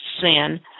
sin